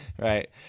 right